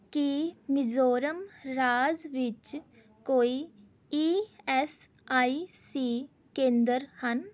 ਕੀ ਮਿਜ਼ੋਰਮ ਰਾਜ ਵਿੱਚ ਕੋਈ ਈ ਐੱਸ ਆਈ ਸੀ ਕੇਂਦਰ ਹਨ